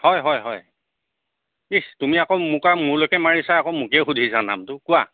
হয় হয় হয় ইছ তুমি আকৌ মোকে মোলৈকে মাৰিছা আকৌ মোকেই সুধিছা নামটো কোৱা